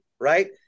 right